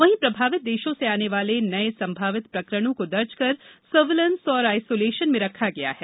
वहीं प्रभावित देशों से आने वाले नए संभावित प्रकरणों को दर्ज कर सर्विलेंस एवं आईसोलेशन में रखा गया है